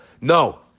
No